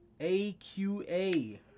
AQA